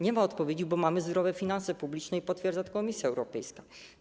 Nie ma odpowiedzi, bo mamy zdrowe finanse publiczne i potwierdza to Komisja Europejska.